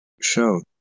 show